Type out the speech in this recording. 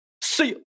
see